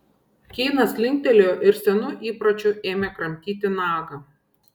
keinas linktelėjo ir senu įpročiu ėmė kramtyti nagą